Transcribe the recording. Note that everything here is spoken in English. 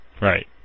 Right